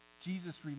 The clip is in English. Jesus